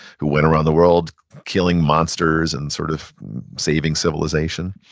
who went around the world killing monsters and sort of saving civilization